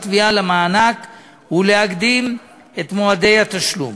תביעה למענק ולהקדים את מועדי התשלום.